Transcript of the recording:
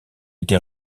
été